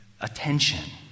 attention